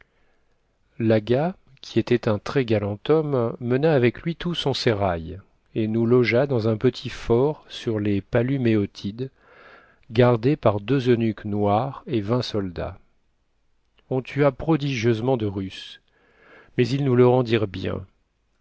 l'aga qui était un très galant homme mena avec lui tout son sérail et nous logea dans un petit fort sur les palus méotides gardé par deux eunuques noirs et vingt soldats on tua prodigieusement de russes mais ils nous le rendirent bien